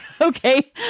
Okay